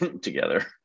together